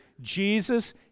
Jesus